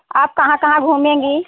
आप कहाँ कहाँ घूमेंगी